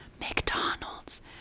McDonald's